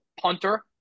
Punter